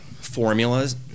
formulas